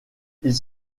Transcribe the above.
ils